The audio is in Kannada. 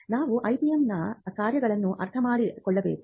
ನಾವು IPM ನ ಕಾರ್ಯಗಳು ಅರ್ಥಮಾಡಿಕೊಳ್ಳಬೇಕು